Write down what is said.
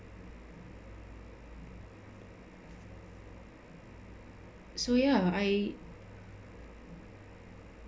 so ya I